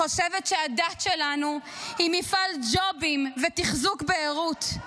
חושבת שהדת שלנו היא מפעל ג'ובים ותחזוק בערות.